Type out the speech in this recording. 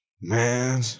Man